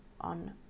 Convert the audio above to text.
on